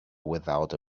without